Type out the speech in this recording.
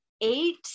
eight